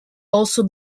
also